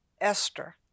Esther